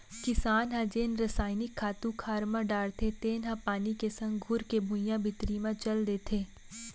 किसान ह जेन रसायनिक खातू खार म डारथे तेन ह पानी के संग घुरके भुइयां भीतरी म चल देथे